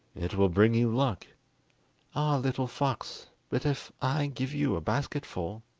it will bring you luck ah, little fox, but if i give you a basketful,